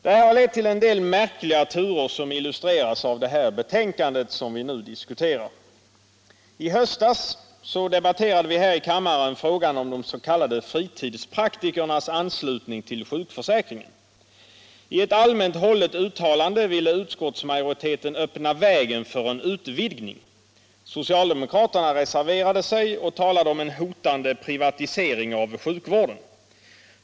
Det har lett till en del märkliga turer som illustreras av det betänkande vi nu diskuterar. I höstas debatterade vi här i kammaren frågan om de s.k. fritidspraktikernas anslutning till sjukförsäkringen. I ett allmänt hållet uttalande :ille utskottsmajoriteten öppna vägen för en utvidgning. Socialdemokraterna reserverade sig och talade om en hotande privatisering av sjukvården.